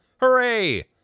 Hooray